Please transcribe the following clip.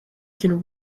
can